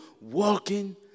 walking